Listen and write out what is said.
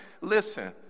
listen